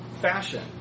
fashion